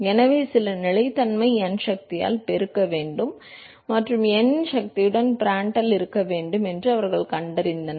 எனவே எனவே சில நிலைத்தன்மையை n சக்தியால் பெருக்க வேண்டும் மற்றும் n இன் சக்தியுடன் பிராண்டல் இருக்க வேண்டும் என்று அவர்கள் கண்டறிந்தனர்